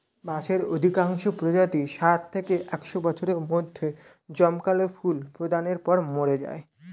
বাঁশের অধিকাংশ প্রজাতিই ষাট থেকে একশ বছরের মধ্যে জমকালো ফুল প্রদানের পর মরে যায়